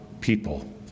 people